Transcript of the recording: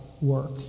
work